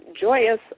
joyous